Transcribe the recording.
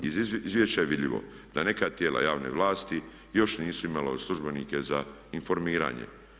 Iz izvješća je vidljivo da neka tijela javne vlasti još nisu imala službenike za informiranje.